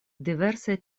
diversaj